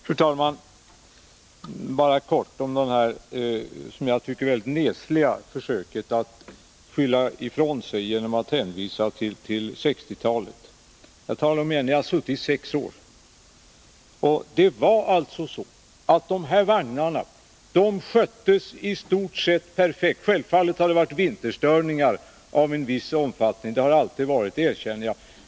Fru talman! Jag vill bara helt kortfattat bemöta det som jag tycker nesliga försöket att skylla ifrån sig genom att hänvisa till 1960-talet. Jag upprepar det jag sade tidigare: Ni har suttit i regeringen i sex år. Dessa vagnar sköttes i stort sett perfekt tidigare. Självfallet har det varit vinterstörningar av en viss omfattning. Sådana har alltid förekommit, det erkänner jag.